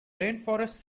rainforests